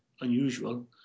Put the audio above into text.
unusual